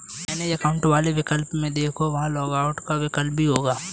manage account वाले विकल्प में देखो, वहां लॉग आउट का विकल्प भी होगा